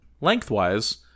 lengthwise